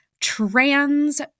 trans